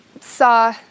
saw